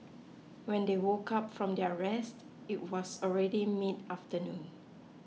when they woke up from their rest it was already mid afternoon